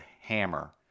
hammer